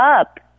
up